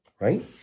right